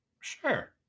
sure